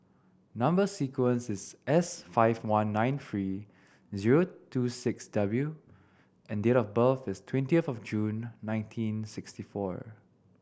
number sequence is S five one nine three zero two six W and date of birth is twenty of June nineteen sixty four